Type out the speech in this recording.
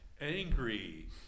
angry